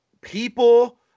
people